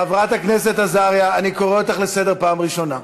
חברת הכנסת עזריה, אני קורא אותך לסדר פעם ראשונה.